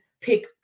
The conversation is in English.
pick